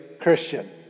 Christian